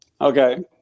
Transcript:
okay